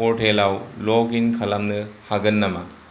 पर्टेलाव log in खालामनो हागोन नामा